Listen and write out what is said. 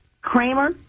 Kramer